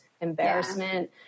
embarrassment